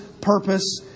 purpose